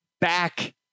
back